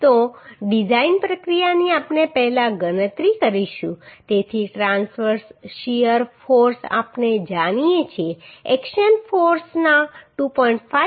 તો ડિઝાઇન પ્રક્રિયાની આપણે પહેલા ગણતરી કરીશું તેથી ટ્રાંસવર્સ શીયર ફોર્સ આપણે જાણીએ છીએ એક્શન ફોર્સના 2